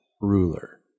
ruler